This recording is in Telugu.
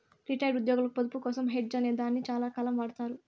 రిటైర్డ్ ఉద్యోగులకు పొదుపు కోసం హెడ్జ్ అనే దాన్ని చాలాకాలం వాడతారు